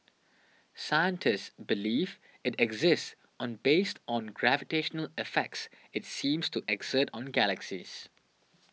scientists believe it exists on based on gravitational effects it seems to exert on galaxies